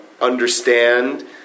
understand